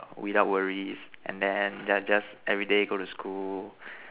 without worries and then yeah just everyday go to school